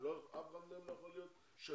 אף אחד מהם לא יכול להיות שגריר,